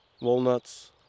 walnuts